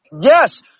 Yes